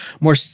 More